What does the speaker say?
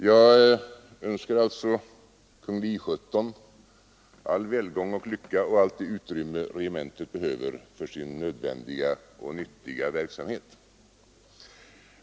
Jag önskar alltså kungl. I 17 all välgång och lycka och allt det utrymme som regementet behöver för sin nödvändiga och nyttiga verksamhet.